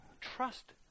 Trust